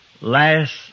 last